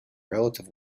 relative